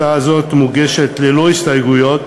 הצעה זו מוגשת ללא הסתייגויות,